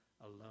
alone